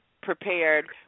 prepared